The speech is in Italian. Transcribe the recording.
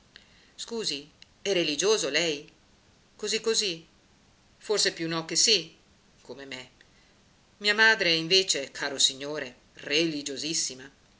scusi è religioso lei così così forse più non che sì come me mia madre invece caro signore religiosissima